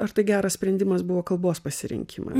ar tai geras sprendimas buvo kalbos pasirinkimas